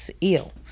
ill